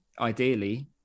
ideally